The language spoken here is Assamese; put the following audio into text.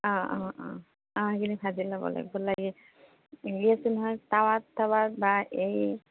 অঁ অঁ অঁ অঁ সেইখিনি ভাজি ল'ব লাগিব লাৰি হেৰি আছে নহয় তাৱাত তাৱাত বা এই